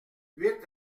huit